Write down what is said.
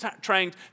trying